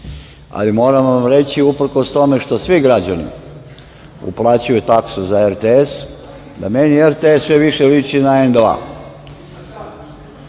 Ali, moram vam reći, uprkos tome što svi građani uplaćuju taksu za RTS, da meni RTS sve više liči na